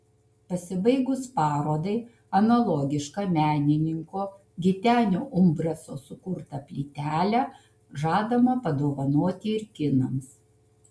pasibaigus parodai analogišką menininko gitenio umbraso sukurtą plytelę žadama padovanoti ir kinams